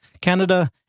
Canada